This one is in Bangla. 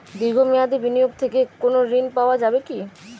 দীর্ঘ মেয়াদি বিনিয়োগ থেকে কোনো ঋন পাওয়া যাবে কী?